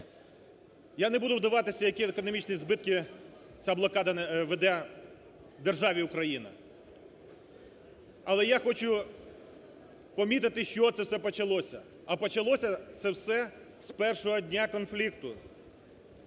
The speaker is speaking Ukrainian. Я не буду вдаватися, які економічні збитки ця блокада веде державі Україна, але я хочу помітити, з чого це все почалося. А почалося це все з першого дня конфлікту.